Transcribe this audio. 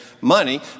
money